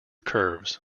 curves